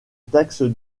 taxe